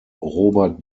robert